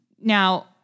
Now